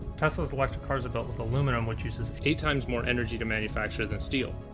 tesla's electric cars are built with aluminum, which uses eight times more energy to manufacture than steel.